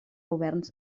governs